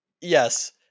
Yes